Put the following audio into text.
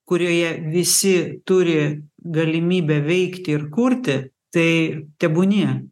kurioje visi turi galimybę veikti ir kurti tai tebūnie